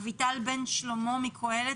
אביטל בן שלמה מקהלת,